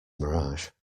mirage